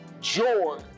joy